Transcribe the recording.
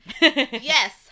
yes